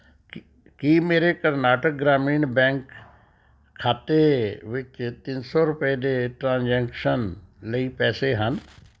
ਕ ਕੀ ਮੇਰੇ ਕਰਨਾਟਕ ਗ੍ਰਾਮੀਣ ਬੈਂਕ ਖਾਤੇ ਵਿੱਚ ਤਿੰਨ ਸੌ ਰੁਪਏ ਦੇ ਟ੍ਰਾਂਜ਼ੈਕਸ਼ਨ ਲਈ ਪੈਸੇ ਹਨ